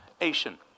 Asian